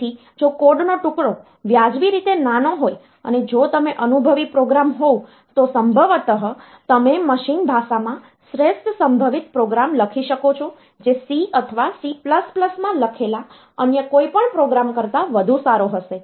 તેથી જો કોડ નો ટુકડો વ્યાજબી રીતે નાનો હોય અને જો તમે અનુભવી પ્રોગ્રામર હોવ તો સંભવતઃ તમે મશીન ભાષામાં શ્રેષ્ઠ સંભવિત પ્રોગ્રામ લખી શકો છો જે C અથવા C માં લખેલા અન્ય કોઈપણ પ્રોગ્રામ કરતાં વધુ સારો હશે